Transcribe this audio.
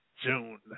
June